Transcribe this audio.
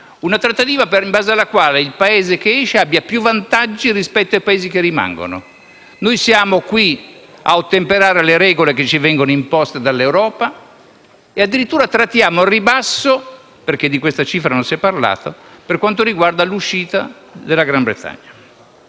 una trattativa in base alla quale il Paese che esce abbia più vantaggi dei Paesi che rimangano. Noi siamo qui a ottemperare alle regole imposte dall'Europa e addirittura trattiamo al ribasso - perché di questa cifra non si è parlato - l'uscita della Gran Bretagna.